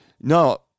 no